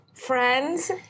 Friends